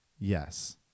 yes